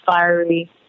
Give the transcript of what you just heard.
fiery